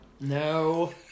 No